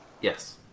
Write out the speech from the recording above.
Yes